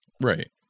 Right